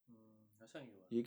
mm 好像有啊